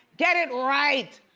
get it right.